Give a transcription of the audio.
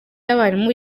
y’abarimu